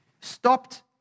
stopped